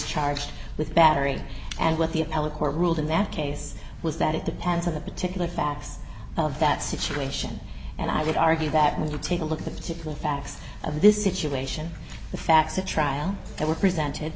charged with battery and what the appellate court ruled in that case was that it depends on the particular facts of that situation and i would argue that was you take a look at the particular facts of this it's lation the facts a trial that were presented